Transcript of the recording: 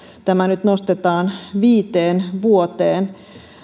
tämä nyt nostetaan viiteen vuoteen